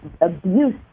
abuse